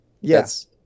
yes